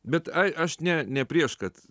bet ai aš ne ne prieš kad